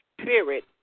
spirit